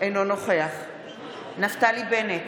אינו נוכח נפתלי בנט,